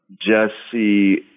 Jesse